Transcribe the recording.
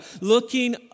looking